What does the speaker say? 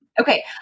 Okay